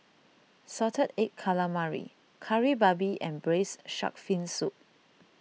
Salted Egg Calamari Kari Babi and Braised Shark Fin Soup